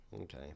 Okay